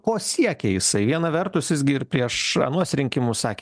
ko siekia jisai viena vertus jis gi ir prieš anuos rinkimus sakė